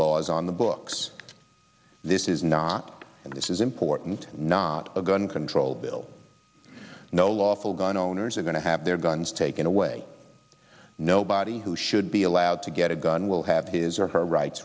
laws on the books this is not and this is important not a gun control bill no lawful gun owners are going to have their guns taken away nobody who should be allowed to get a gun will have his or her rights